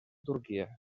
turquia